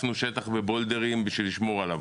הקפנו שטח בבולדרים כדי לשמור עליו,